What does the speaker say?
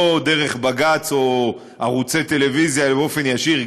לא דרך בג"ץ או ערוצי טלוויזיה אלא באופן ישיר,